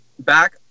back